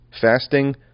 fasting